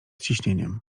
ciśnieniem